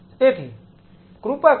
તેથી કૃપા કરીને